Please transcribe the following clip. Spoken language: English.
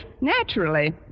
Naturally